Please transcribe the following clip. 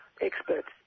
experts